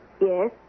Yes